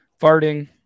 farting